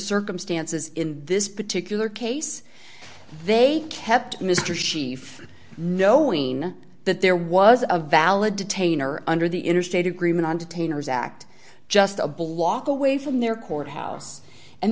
circumstances in this particular case they kept mr schieffer knowing that there was a valid detainer under the interstate agreement on detainers act just a block away from their courthouse and